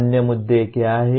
अन्य मुद्दे क्या हैं